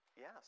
Yes